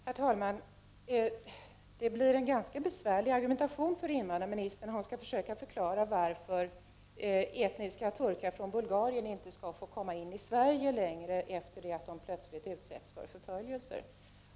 Herr talman! Det blir en ganska besvärlig argumentation för invandrarministern om hon skall försöka förklara varför etniska turkar från Bulgarien inte längre skall få komma in i Sverige efter det att de plötsligt utsätts för förföljelser.